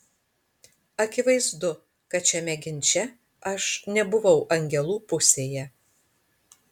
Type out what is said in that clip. akivaizdu kad šiame ginče aš nebuvau angelų pusėje